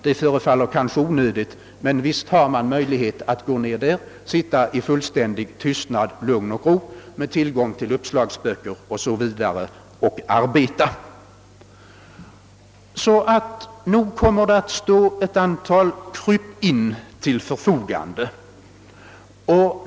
Det förefaller ju kanske onödigt, men visst har man möjlighet att gå ned dit och sitta i fullständig tystnad, lugn och ro med tillgång till uppslagsböcker. Nog kommer ett antal krypin att stå till förfogande för riksdagsledamöterna.